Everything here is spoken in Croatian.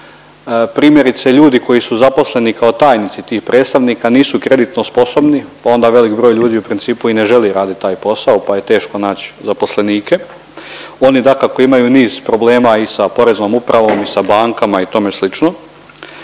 Primjerice ljudi koji su zaposleni kao tajnici tih predstavnika nisu kreditno sposobni pa onda velik broj ljudi u principu i ne želi radit taj posao pa je teško nać zaposlenike. Oni dakako imaju niz problema i sa Poreznom upravom i sa bankama i tome slično,